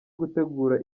gutegura